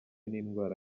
n’indwara